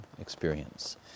experience